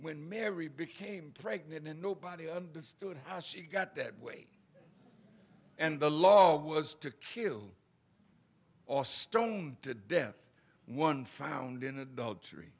mary became pregnant and nobody understood how she got that way and the law was to kill all stoned to death one found in adultery